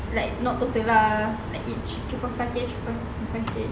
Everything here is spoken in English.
like not total lah like each three point five K three point five K